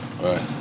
Right